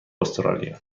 استرالیا